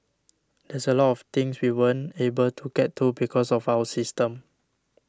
there's a lot of things we weren't able to get to because of our system